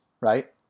right